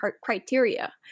criteria